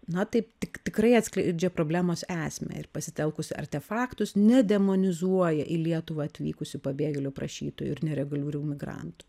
na taip tik tikrai atskleidžia problemos esmę ir pasitelkus artefaktus nedemonizuoja į lietuvą atvykusių pabėgėlių prašytojų ir nelegalių migrantų